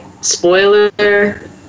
spoiler